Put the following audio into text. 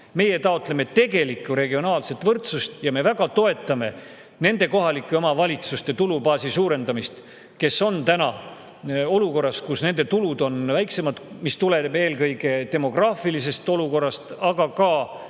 Meie taotleme tegelikku regionaalset võrdsust. Ja me väga toetame nende kohalike omavalitsuste tulubaasi suurendamist, kes on praegu olukorras, kus nende tulud on väiksemad. See tuleneb eelkõige demograafilisest olukorrast, aga ka